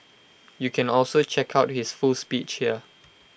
you can also check out his full speech here